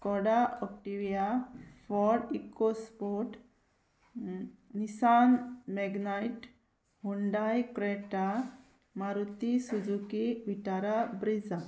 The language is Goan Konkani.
Koda Octavia Ford EcoSport Nissan Magnite Hyundai Creta Maruti Suzuki Vitara Brezza